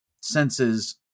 senses